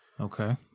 Okay